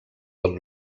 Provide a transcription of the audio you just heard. del